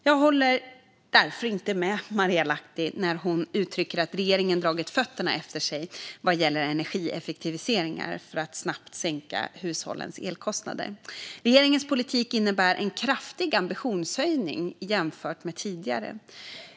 Jag håller därför inte med Marielle Lahti när hon uttrycker att regeringen dragit fötterna efter sig vad gäller energieffektiviseringar för att snabbt sänka hushållens elkostnader. Regeringens politik innebär en kraftig ambitionshöjning jämfört med tidigare.